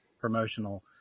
promotional